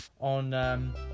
on